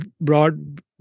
broad